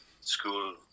school